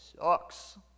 sucks